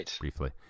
briefly